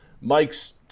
Mike's